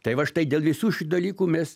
tai va štai dėl visų šių dalykų mes